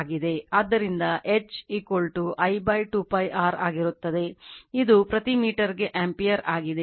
ಆದ್ದರಿಂದ H ಅದು I 2 π r ಆಗಿರುತ್ತದೆ ಇದು ಪ್ರತಿ ಮೀಟರ್ಗೆ ಆಂಪಿಯರ್ ಆಗಿದೆ